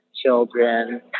children